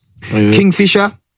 Kingfisher